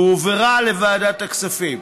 והועברה לוועדת הכספים.